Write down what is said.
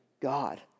God